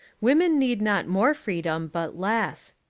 women need not more freedom but less.